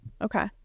Okay